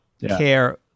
care